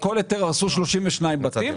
על כל היתר הרסו 32 בתים,